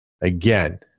Again